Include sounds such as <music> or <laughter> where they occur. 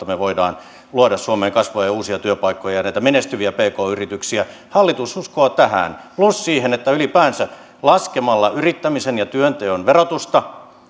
<unintelligible> me voimme luoda suomeen kasvua ja uusia työpaikkoja ja näitä menestyviä pk yrityksiä hallitus uskoo tähän plus siihen että ylipäänsä laskemalla yrittämisen ja työnteon verotusta <unintelligible>